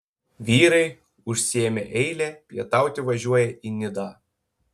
vyrai užsiėmę eilę pietauti važiuoja į nidą